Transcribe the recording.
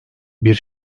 bir